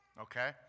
okay